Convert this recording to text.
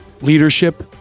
leadership